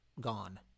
gone